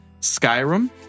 Skyrim